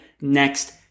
next